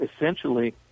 essentially